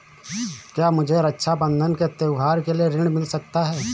क्या मुझे रक्षाबंधन के त्योहार के लिए ऋण मिल सकता है?